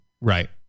Right